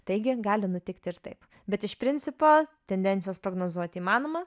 taigi gali nutikti ir taip bet iš principo tendencijas prognozuoti įmanoma